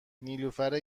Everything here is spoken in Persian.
نیلوفر